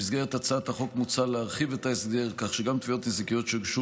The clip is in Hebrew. במסגרת הצעת החוק מוצע להרחיב את ההסדר כך שגם תביעות נזיקיות שהוגשו